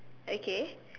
okay